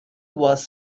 was